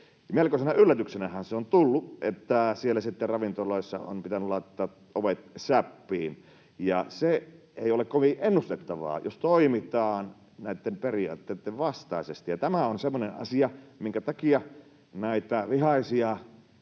Melkoisena yllätyksenähän se on tullut, että siellä sitten ravintoloissa on pitänyt laittaa ovet säppiin, ja se ei ole kovin ennustettavaa, jos toimitaan näitten periaatteitten vastaisesti. Tämä on semmoinen asia, minkä takia näitä vihaisia